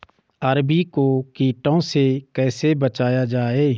अरबी को कीटों से कैसे बचाया जाए?